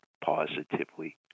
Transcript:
positively